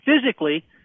Physically